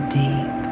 deep